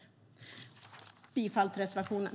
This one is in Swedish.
Jag yrkar bifall till reservationen.